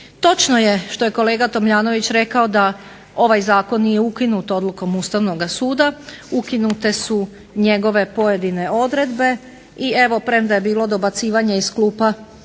Točno je što je kolega Tomljanović rekao da ovaj Zakon nije ukinut odlukom Ustavnoga suda. Ukinute su njegove pojedine odredbe. I evo premda je bilo dobacivanja iz klupa